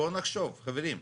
בואו נחשוב חברים.